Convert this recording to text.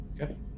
Okay